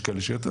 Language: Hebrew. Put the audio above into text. יש כאלה שיותר,